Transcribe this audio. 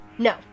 No